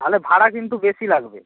তাহলে ভাড়া কিন্তু বেশি লাগবে